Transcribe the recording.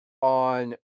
on